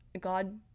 god